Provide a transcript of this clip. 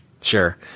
Sure